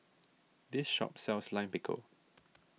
this shop sells Lime Pickle